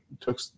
took